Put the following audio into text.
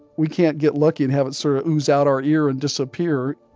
we can't get lucky and have it sort of ooze out our ear and disappear.